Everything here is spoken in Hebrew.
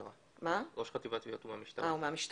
ראש חטיבת תביעות הוא מהמשטרה.